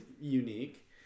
unique